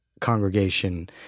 congregation